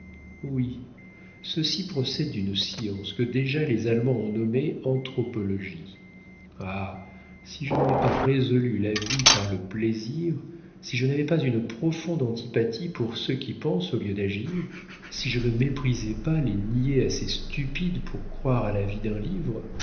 oui ceci procède d'une science que déjà les allemands ont nommée anthropologie ah si je n'avais pas résolu la vie par le plaisir si je n'avais pas une profonde antipathie pour ceux qui pensent au lieu d'agir si je ne méprisais pas les niais assez stupides pour croire à la vie d'un livre